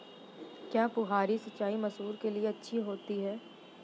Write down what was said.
क्या फुहारी सिंचाई मसूर के लिए अच्छी होती है?